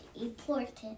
important